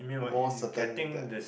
more certain that